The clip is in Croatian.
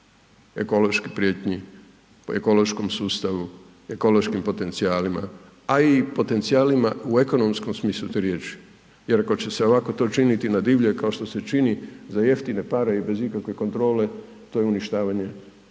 ekoloških prijetnji ekološkom sustavu, ekološkim potencijalima, a i potencijalima u ekonomskom smislu te riječi jer ako će se ovako to činit na divlje, kao što se čini, za jeftine pare i bez ikakve kontrole, to je uništavanje